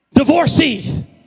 Divorcee